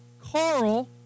Carl